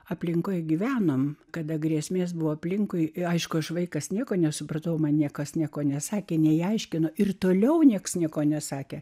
aplinkoje gyvename kada grėsmės buvo aplinkui aišku aš vaikas nieko nesupratau man niekas nieko nesakė neaiškino ir toliau niekas nieko nesakė